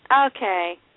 Okay